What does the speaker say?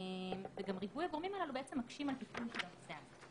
וגם ריבוי הגורמים הללו מקשים על טיפול בנושא הזה.